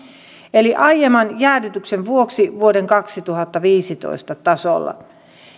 eli aiemman jäädytyksen vuoksi vuoden kaksituhattaviisitoista tasolla